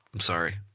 i'm sorry.